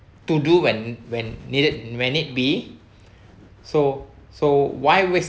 to do when when needed when it be so so why waste